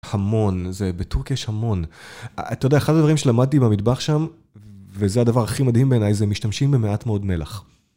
המון, זה בטורק יש המון. אתה יודע, אחד הדברים שלמדתי במטבח שם, וזה הדבר הכי מדהים בעיניי, זה משתמשים במעט מאוד מלח.